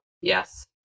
Yes